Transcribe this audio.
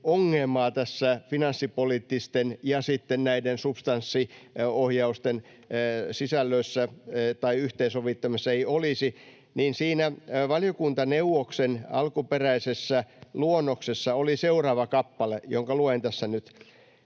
ongelmaa tässä finanssipoliittisten ja sitten näiden substanssiohjausten yhteensovittamisessa ei olisi. Siinä valiokuntaneuvoksen alkuperäisessä luonnoksessa oli seuraava kappale, jonka luen tässä nyt: